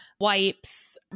wipes